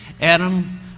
Adam